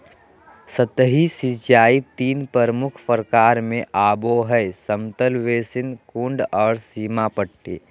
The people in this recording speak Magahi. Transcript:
सतही सिंचाई तीन प्रमुख प्रकार में आबो हइ समतल बेसिन, कुंड और सीमा पट्टी